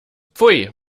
pfui